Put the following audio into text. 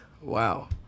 wow